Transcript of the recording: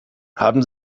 haben